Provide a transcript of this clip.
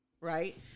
right